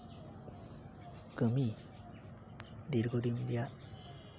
ᱠᱟᱹᱢᱤ ᱫᱤᱨᱜᱷᱚ ᱫᱤᱱ ᱨᱮᱭᱟᱜ